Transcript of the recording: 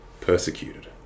persecuted